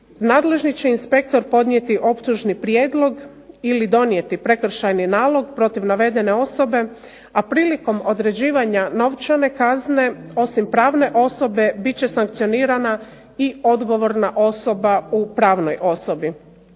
nadležni će inspektor podnijeti optužni prijedlog ili donijeti prekršajni nalog protiv navedene osobe, a prilikom određivanja novčane kazne osim pravne osobe bit će sankcionirana i odgovorna osoba u pravnoj osobi.